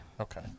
okay